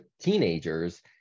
teenagers